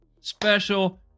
special